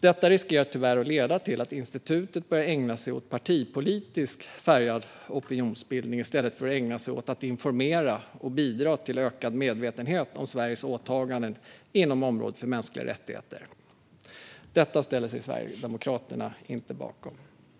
Detta riskerar tyvärr att leda till att institutet börjar ägna sig åt partipolitiskt färgad opinionsbildning i stället för att ägna sig åt att informera och bidra till ökad medvetenhet om Sveriges åtaganden inom området för mänskliga rättigheter. Detta ställer sig Sverigedemokraterna inte bakom.